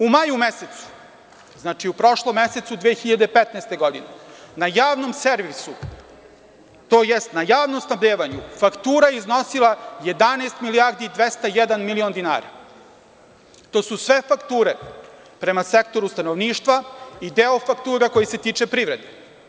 U maju mesecu, znači u prošlom mesecu 2015. godine, na javnom servisu, tj na javnom snabdevanju, faktura je iznosila 11201 milion dinara, to su sve fakture prema sektoru stanovništva i deo faktura koji se tiče privrede.